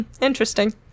Interesting